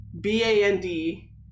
B-A-N-D